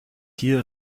hier